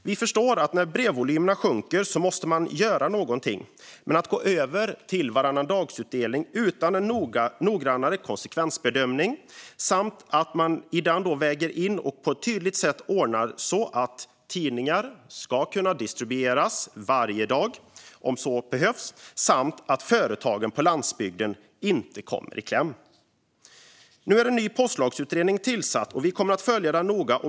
Vi förstår att man måste göra någonting när brevvolymerna sjunker, men man kan inte gå över till varannandagsutdelning utan en noggrannare konsekvensbedömning. Man ska på ett tydligt sätt ordna så att tidningar kan distribueras varje dag om så behövs, och företagen på landsbygden ska inte komma i kläm. Nu är en ny postlagsutredning tillsatt, och vi kommer att följa den noga.